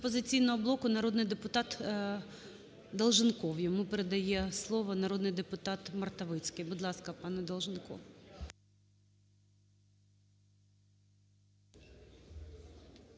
"Опозиційного блоку" - народний депутат Долженков, йому передає слово народний депутат Мартовицький. Будь ласка, пане Долженков.